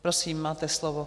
Prosím, máte slovo.